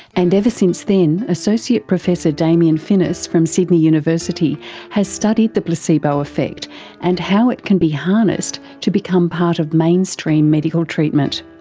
and ever since then, associate professor damien finniss from sydney university has studied the placebo effect and how it can be harnessed to become part of mainstream medical treatment.